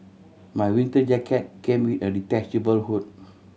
my winter jacket came with a detachable hood